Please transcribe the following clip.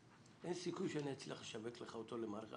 אין סיכוי שאני אצליח לשווק לך אותו למערכת החינוך.